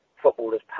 footballers